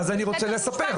הם מאושרים בהסכם.